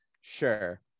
Sure